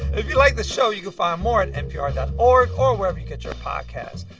if you like the show, you can find more at npr dot org or wherever you get your podcasts,